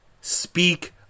Speak